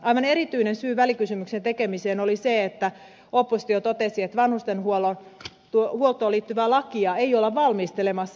aivan erityinen syy välikysymyksen tekemiseen oli se että oppositio totesi että vanhustenhuoltoon liittyvää lakia ei olla valmistelemassa